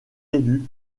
élu